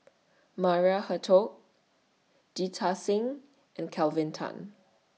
Maria Hertogh Jita Singh and Kelvin Tan